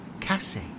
Cassie